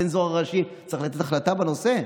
הצנזור הראשי צריך לתת החלטה בנושא.